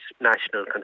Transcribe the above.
National